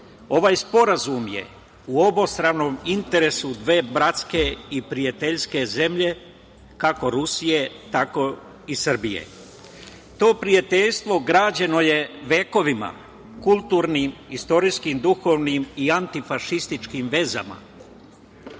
Sporazum je u obostranom interesu dve bratske i prijateljske zemlje, kako Rusije, tako i Srbije. To prijateljstvo građeno je vekovima, kulturnim, istorijskim, duhovnim i antifašističkim vezama.